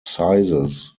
sizes